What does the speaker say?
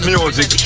Music